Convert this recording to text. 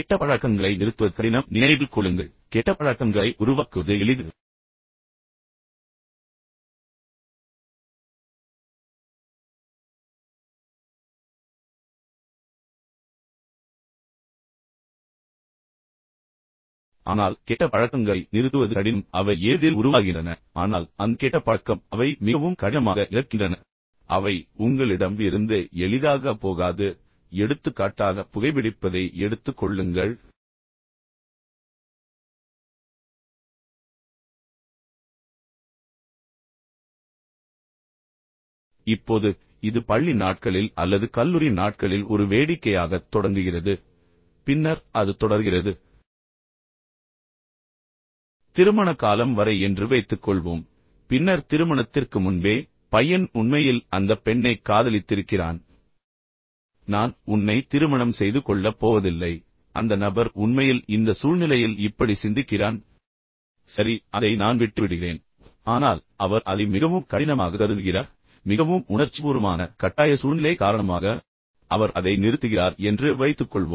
கெட்ட பழக்கங்களை நிறுத்துவது கடினம் நினைவில் கொள்ளுங்கள் கெட்ட பழக்கங்களை உருவாக்குவது எளிது ஆனால் கெட்ட பழக்கங்களை நிறுத்துவது கடினம் அவை எளிதில் உருவாகின்றன ஆனால் அந்த கெட்ட பழக்கம் அவை மிகவும் கடினமாக இறக்கின்றன அவை உங்களிடம் இருந்து எளிதாக போகாது எடுத்துக்காட்டாக புகைபிடிப்பதை எடுத்துக் கொள்ளுங்கள் இப்போது இது பள்ளி நாட்களில் அல்லது கல்லூரி நாட்களில் ஒரு வேடிக்கையாகத் தொடங்குகிறது பின்னர் அது தொடர்கிறது திருமண காலம் வரை என்று வைத்துக்கொள்வோம் பின்னர் திருமணத்திற்கு முன்பே பையன் உண்மையில் அந்தப் பெண்ணைக் காதலித்திருக்கிறான் அந்தப் பெண் பையனிடம் இப்படிச் சொல்கிறாள் நீங்கள் இந்த பழக்கத்தை நிறுத்தாவிட்டால் நான் உன்னை திருமணம் செய்து கொள்ளப் போவதில்லை சரி இப்போது அந்த நபர் உண்மையில் இந்த சூழ்நிலையில் இப்படி சிந்திக்கிறான் சரி அதை நான் விட்டுவிடுகிறேன் ஆனால் அவர் அதை மிகவும் கடினமாக கருதுகிறார் ஆனால் மிகவும் உணர்ச்சிபூர்வமான கட்டாய சூழ்நிலை காரணமாக அவர் அதை நிறுத்துகிறார் என்று வைத்துக்கொள்வோம்